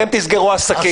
אתם תסגרו עסקים.